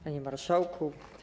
Panie Marszałku!